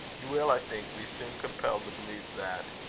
you will, i think, be soon compelled to believe that,